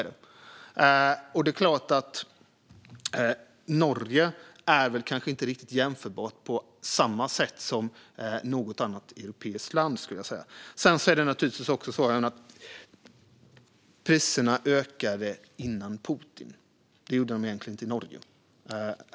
Det är klart att Norge kanske inte riktigt är jämförbart på samma sätt som något annat europeiskt land. Det är naturligtvis också så att priserna ökade före Putin. Det gjorde de egentligen inte i Norge.